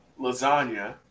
lasagna